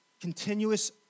continuous